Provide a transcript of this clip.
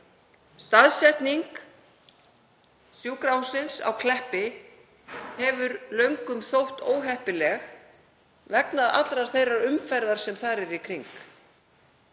Staðsetning sjúkrahússins á Kleppi hefur löngum þótt óheppileg vegna allrar þeirrar umferðar sem þar er í kring.